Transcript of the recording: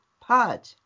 Pod